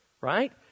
right